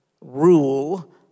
rule